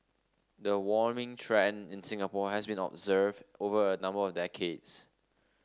the warming trend in Singapore has been observed over a number of decades